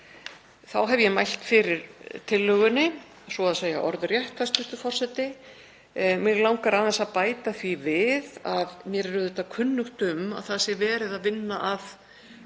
Þá hef ég mælt fyrir tillögunni svo að segja orðrétt, hæstv. forseti. Mig langar aðeins að bæta því við að mér er auðvitað kunnugt um að það sé verið að vinna að